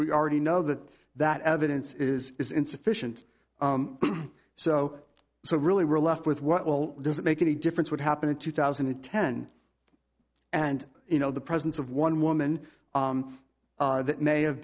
we already know that that evidence is is insufficient so so really we're left with what will does it make any difference what happened in two thousand and ten and you know the presence of one woman that may have